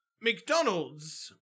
McDonald's